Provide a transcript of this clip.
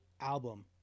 album